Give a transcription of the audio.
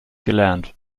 gelernt